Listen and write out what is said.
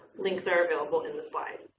links are available in the slide,